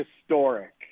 historic